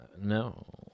No